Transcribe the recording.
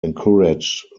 encouraged